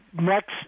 next